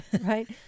right